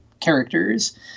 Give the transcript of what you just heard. characters